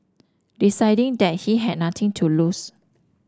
deciding that he had nothing to lose